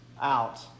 out